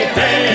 hey